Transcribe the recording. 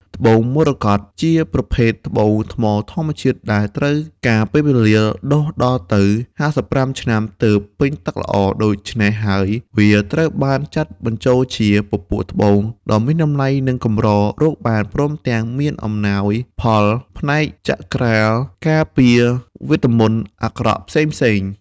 ត្បូងមរកត ជាប្រភេទត្បូងថ្មធម្មជាតិដែលត្រូវការពេលវេលា ដុះដល់ទៅ ៥៥ ឆ្នាំ ទើបពេញទឹកល្អ ដូច្នេះហើយ វាត្រូវបានចាត់បញ្ចូលជា ពពួកត្បូងដ៏មានតម្លៃនិងកម្ររកបាន ព្រមទំាងមានអំណោយផលផ្នែកចក្រា ការពារវេទមន្តអាក្រក់ផ្សេងៗ។